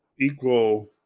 equal